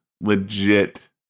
legit